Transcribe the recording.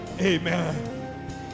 Amen